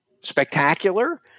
spectacular